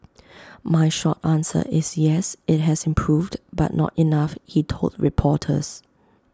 my short answer is yes IT has improved but not enough he told reporters